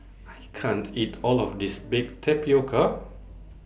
I can't eat All of This Baked Tapioca